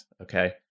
okay